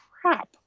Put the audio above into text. crap